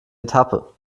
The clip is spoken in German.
etappe